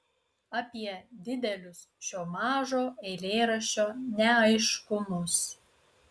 apie didelius šio mažo eilėraščio neaiškumus